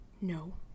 No